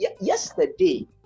yesterday